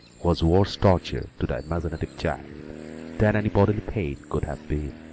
was worse torture to the imaginative child than any bodily pain could have been.